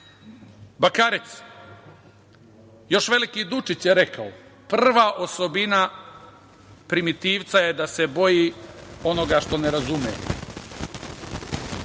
Bakarec. Još veliki Dučić je rekao – prva osobina primitivca je da se boji onoga što ne razume,